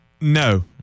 No